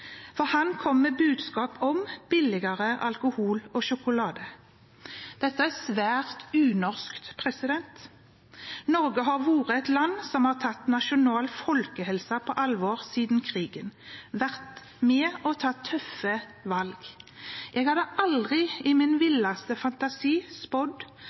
for han kom med budskap om billigere alkohol og sjokolade. Dette er svært unorsk. Norge har vært et land som har tatt nasjonal folkehelse på alvor siden krigen, vært med og tatt tøffe valg. Jeg hadde aldri i min